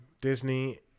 Disney